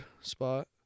spot